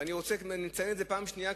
ואני רוצה לציין זאת במליאה בפעם השנייה,